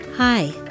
Hi